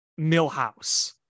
millhouse